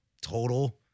total